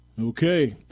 Okay